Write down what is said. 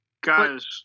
Guys